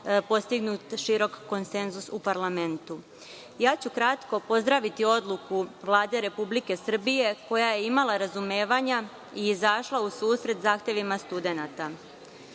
postignut širok konsenzus u parlamentu. Kratko ću pozdraviti odluku Vlade Republike Srbije koja je imala razumevanja i izašla u susret zahtevima studenata.